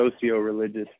socio-religious